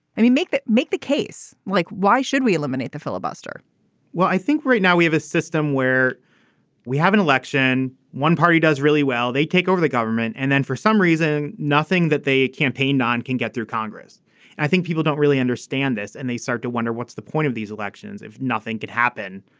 i mean make it make the case like why should we eliminate the filibuster well i think right now we have a system where we have an election. one party does really well. they take over the government and then for some reason nothing that they campaigned on can get through congress. and i think people don't really understand this and they start to wonder what's the point of these elections if nothing could happen.